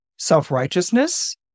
self-righteousness